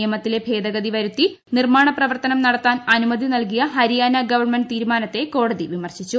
നിയമത്തിൽ ഭേദഗതി വരുത്തി നിർമ്മാണ പ്രവർത്തനം നടത്താൻ അനുമതി നൽകിയ ഹരിയാന ഗവൺമെന്റ് തീരുമാനത്തെ കോടതി വിമർശിച്ചു